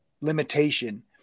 limitation